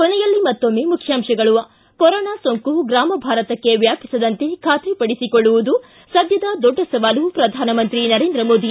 ಕೊನೆಯಲ್ಲಿ ಮತ್ತೊಮ್ಮೆ ಮುಖ್ಯಾಂಶಗಳು ಿ ಕೊರೋನಾ ಸೋಂಕು ಗ್ರಾಮ ಭಾರತಕ್ಕೆ ವ್ಯಾಪಿಸದಂತೆ ಖಾತರಿಪಡಿಸಿಕೊಳ್ಳುವುದು ಸದ್ದದ ದೊಡ್ಡ ಸವಾಲು ಪ್ರಧಾನಮಂತ್ರಿ ನರೇಂದ್ರ ಮೋದಿ